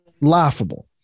Laughable